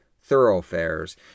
thoroughfares